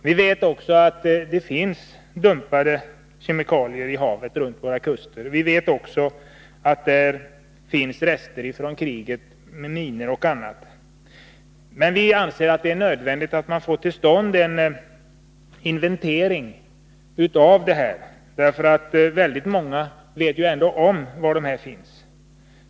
Vi vet också att det finns kemikalier dumpade i havet utanför våra kuster och att det finns rester från kriget i form av minor och annat. Vi anser att det är nödvändigt att vi får till stånd en inventering av gamla kemikaliedepåer. Väldigt många människor vet ändå var dessa depåer finns.